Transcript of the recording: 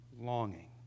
longing